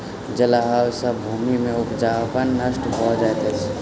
जल अभाव सॅ भूमि के उपजाऊपन नष्ट भ जाइत अछि